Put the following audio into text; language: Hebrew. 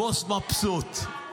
הבוס מבסוט.